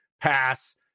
pass